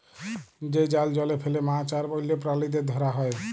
যে জাল জলে ফেলে মাছ আর অল্য প্রালিদের ধরা হ্যয়